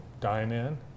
dine-in